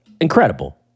Incredible